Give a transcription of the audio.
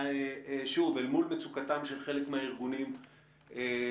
אל מול מצוקתם של חלק מן הארגונים שמטפלים,